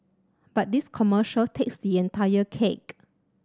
but this commercial takes the entire cake